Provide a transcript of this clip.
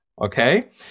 Okay